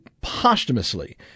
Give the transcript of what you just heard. posthumously